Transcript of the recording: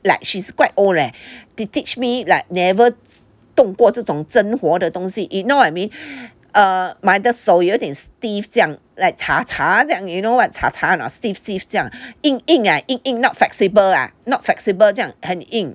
like she's quite old leh to teach me like never 动过这种针活的东西 you know what I mean err my the 手有点 stiff 这样 like cha-cha 这样 you know what cha-cha or not stiff stiff 这样硬硬 ah 硬硬 not flexible ah not flexible 这样很硬